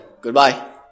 Goodbye